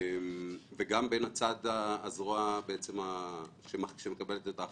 הזרוע שמקבלת את ההחלטות,